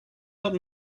out